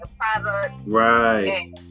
right